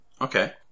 Okay